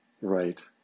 Right